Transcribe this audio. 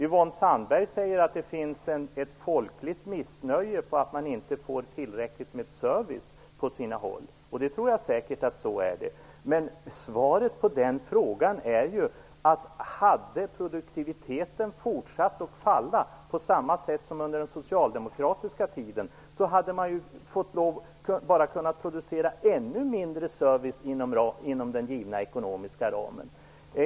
Yvonne Sandberg-Fries säger att det finns ett folkligt missnöje med att man inte får tillräckligt med service på sina håll. Jag tror säkert att det är så. Men om produktiviteten hade fortsatt att falla på samma sätt som under den socialdemokratiska tiden, hade man bara kunnat producera ännu mindre service inom den givna ekonomiska ramen.